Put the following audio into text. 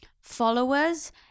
Followers